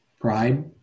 pride